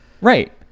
Right